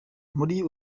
muri